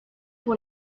pour